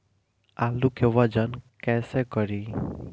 आलू के वजन कैसे करी?